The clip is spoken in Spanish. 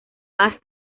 más